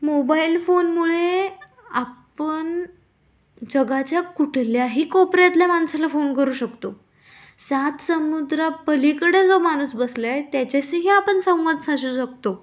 mobile फोनमुळे आपण जगाच्या कुठल्याही कोपऱ्यातल्या माणसाला फोन करू शकतो सातसमुद्रापलीकडे जो माणूस बसला आहे त्याच्याशीही आपण संवाद साचू शकतो